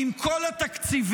ועם כל התקציבים,